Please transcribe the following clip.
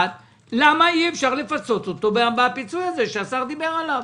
למה אי אפשר לפצות אותו בפיצוי הזה שהשר דיבר עליו?